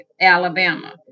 Alabama